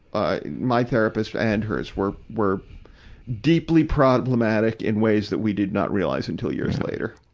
ah my therapist and hers were, were deeply problematic in ways that we did not realize until years later.